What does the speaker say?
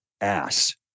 ass